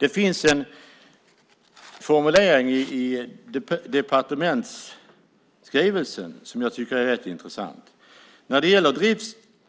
Det finns en formulering i departementsskrivelsen som jag tycker är rätt intressant. När det gäller